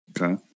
Okay